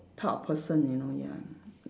type of person you know ya